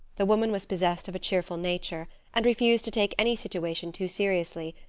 the woman was possessed of a cheerful nature, and refused to take any situation too seriously,